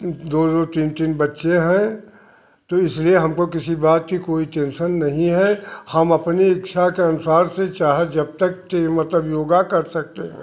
दो दो तीन तीन बच्चे हैं तो इसलिए हमको किसी बात की कोई टेंशन नहीं है हम अपनी इच्छा के अनुसार से चाहे जब तक कि मतलब योगा कर सकते है